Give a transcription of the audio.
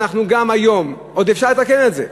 ואנחנו גם היום, עוד אפשר לתקן את זה,